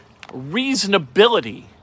reasonability